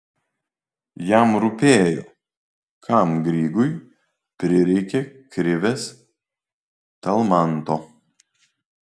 jam rūpėjo kam grygui prireikė krivės talmanto